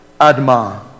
Adma